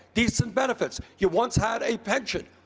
decent benefits. you once had a pension.